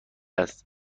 هست